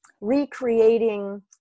recreating